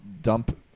dump